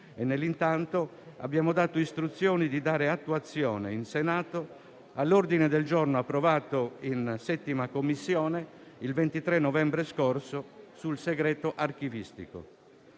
Nel frattempo, abbiamo dato istruzioni di dare attuazione in Senato all'ordine del giorno approvato in 7a Commissione il 23 novembre scorso sul segreto archivistico.